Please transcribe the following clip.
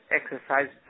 exercise